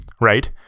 right